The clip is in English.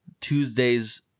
Tuesdays